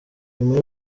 nyuma